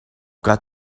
got